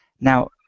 Now